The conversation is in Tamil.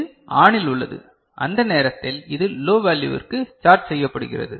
இது ஆனில் உள்ளது அந்த நேரத்தில் இது லோ வேல்யுவிற்கு சார்ஜ் செய்யப்படுகிறது